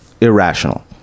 irrational